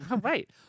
Right